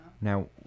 now